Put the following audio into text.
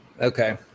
Okay